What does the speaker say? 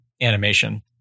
animation